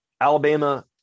Alabama